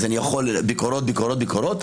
אז יהיו ביקורות ועוד ביקורות,